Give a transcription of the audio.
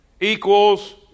equals